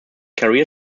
career